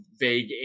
vague